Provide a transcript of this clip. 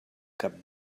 cap